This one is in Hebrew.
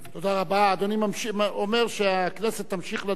אדוני אומר שהכנסת תמשיך לדון בנושאים,